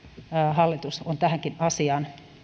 hallitus ovat tähänkin asiaan